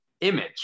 image